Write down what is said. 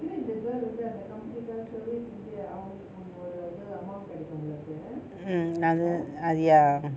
mm ah ya